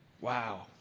Wow